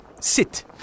Sit